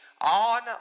on